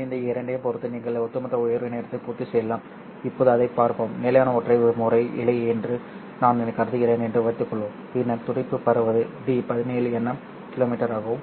எனவே இந்த இரண்டையும் பொறுத்து நீங்கள் ஒட்டுமொத்த உயர்வு நேரத்தை பூர்த்தி செய்யலாம் இப்போது அதைப் பார்ப்போம் நிலையான ஒற்றை முறை இழை என்று நான் கருதுகிறேன் என்று வைத்துக் கொள்வோம் பின்னர் துடிப்பு பரவுவது D 17 nm km ஆகவும்